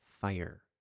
fire